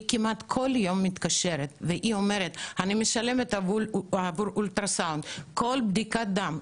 כמעט כל יום מתקשרת ואומרת שהיא משלמת עבור כל בדיקת דם,